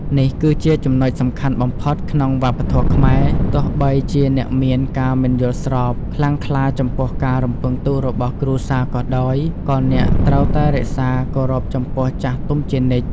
នេះគឺជាចំណុចសំខាន់បំផុតក្នុងវប្បធម៌ខ្មែរ ទោះបីជាអ្នកមាន ការមិនយល់ស្រប ខ្លាំងក្លាចំពោះការរំពឹងទុករបស់គ្រួសារក៏ដោយ ក៏អ្នក ត្រូវតែរក្សាការគោរពចំពោះចាស់ទុំជានិច្ច។